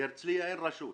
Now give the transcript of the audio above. להרצליה אין רשות.